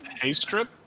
Haystrip